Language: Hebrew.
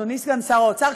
אדוני סגן שר האוצר,